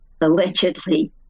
allegedly